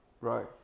Right